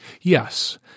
Yes